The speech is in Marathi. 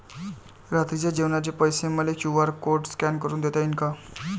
रात्रीच्या जेवणाचे पैसे मले क्यू.आर कोड स्कॅन करून देता येईन का?